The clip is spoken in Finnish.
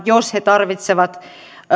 jos he tarvitsevat